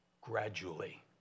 gradually